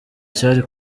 cyari